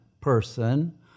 person